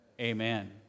Amen